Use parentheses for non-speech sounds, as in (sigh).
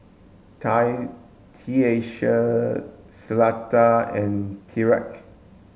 Tie (unintelligible) Cleta and Tyrek